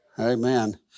Amen